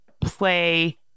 play